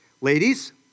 Ladies